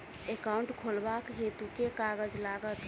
Account खोलाबक हेतु केँ कागज लागत?